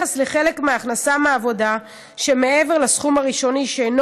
ביחס לחלק מההכנסה מהעבודה שמעבר לסכום הראשוני שאינו